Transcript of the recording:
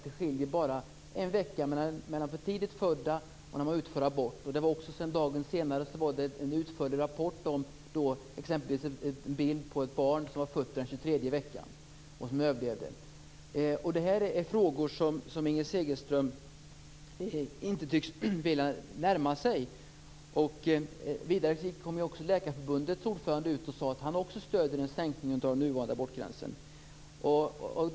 Det skiljer bara en vecka mellan för tidigt födda och när man utför abort. Dagen efter var det en utförlig rapport med en bild på ett barn som var fött den 23:e veckan och som överlevde. Det här är frågor som Inger Segelström inte tycks vilja närma sig. Vidare sade Läkarförbundets ordförande att han stöder en sänkning av den nuvarande gränsen för när man utför abort.